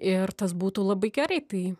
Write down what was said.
ir tas būtų labai gerai tai